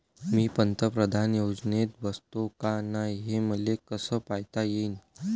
मी पंतप्रधान योजनेत बसतो का नाय, हे मले कस पायता येईन?